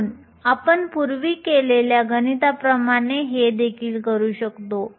म्हणून आपण पूर्वी केलेल्या गणिताप्रमाणे हे देखील करू शकतो